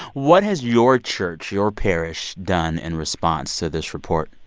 what has your church, your parish done and response to this report?